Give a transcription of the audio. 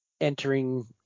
entering